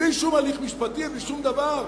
בלי שום הליך משפטי, בלי שום דבר?